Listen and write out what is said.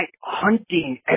hunting